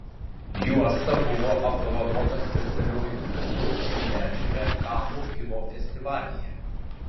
juosta buvo apdovanota specialiuoju prizu šiųmečiame kanų kino festivalyje